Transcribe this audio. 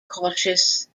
cautious